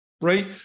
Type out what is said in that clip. Right